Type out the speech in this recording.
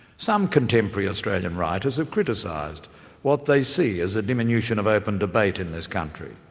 some contemporary australian writers have criticised what they see as a diminution of open debate in this country.